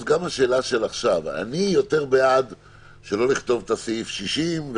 אני מציע לא לכתוב "סעיף 60"